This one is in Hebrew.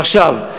עכשיו,